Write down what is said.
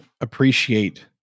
appreciate